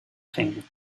gingen